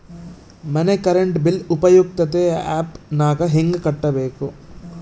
ಮನೆ current bill ಉಪಯುಕ್ತತೆ app ನಾಗ ಹೆಂಗ ಕಟ್ಟಬೇಕು?